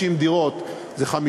50 דירות זה 5%,